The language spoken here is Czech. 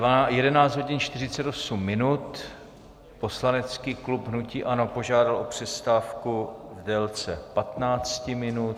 Je 11 hodin 48 minut, poslanecký klub hnutí ANO požádal o přestávku v délce 15 minut.